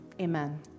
amen